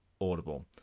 Audible